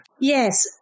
Yes